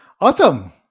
Awesome